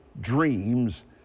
dreams